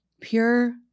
Pure